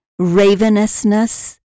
ravenousness